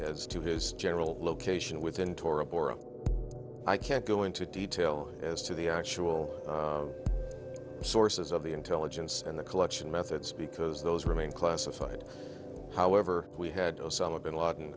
as to his general location within tora bora i can't go into detail as to the actual sources of the intelligence and the collection methods because those remain classified however we had osama bin laden